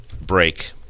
break